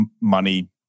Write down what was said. money